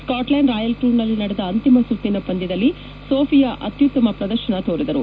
Scotland Royal ಟ್ರೂನ್ನಲ್ಲಿ ನಡೆದ ಅಂತಿಮ ಸುತ್ತಿನ ಪಂದ್ಯದಲ್ಲಿ ಸೋಫಿಯಾ ಅತ್ಯುತ್ತಮ ಪ್ರದರ್ಶನ ತೋರಿದರು